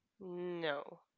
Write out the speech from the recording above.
no